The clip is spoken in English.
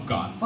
God